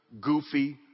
goofy